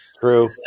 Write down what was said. True